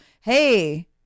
hey